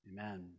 amen